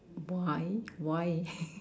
why why